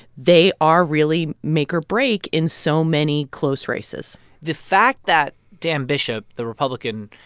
they are really make or break in so many close races the fact that dan bishop, the republican,